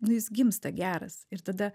nu jis gimsta geras ir tada